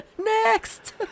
Next